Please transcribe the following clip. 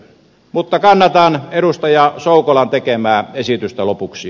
mutta kannatan edustaja soukolan tekemää esitystä lopuksi